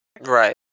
right